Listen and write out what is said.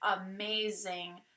amazing